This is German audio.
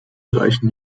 reichen